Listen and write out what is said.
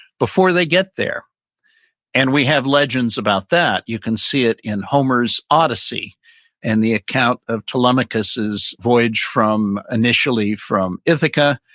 before they get there and we have legends about that. you can see it in homer's odyssey and the account of telemachus' voyage from, initially from ithaca,